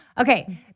Okay